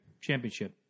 championship